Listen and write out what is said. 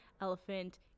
elephant